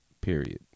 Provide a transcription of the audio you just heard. Period